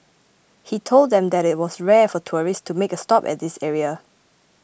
he told them that it was rare for tourists to make a stop at this area